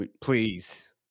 Please